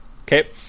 Okay